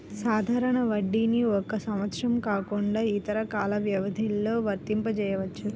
సాధారణ వడ్డీని ఒక సంవత్సరం కాకుండా ఇతర కాల వ్యవధిలో వర్తింపజెయ్యొచ్చు